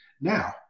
Now